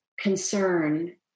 concern